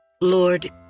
Lord